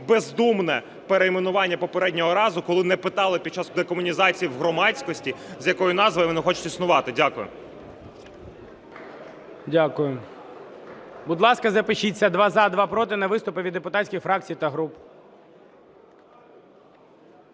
бездумне перейменування попереднього разу, коли не питали під час декомунізації в громадськості, з якої назви вони хочуть існувати. Дякую. ГОЛОВУЮЧИЙ. Дякую. Будь ласка, запишіться: два – за, два – проти на виступи від депутатських фракцій та груп.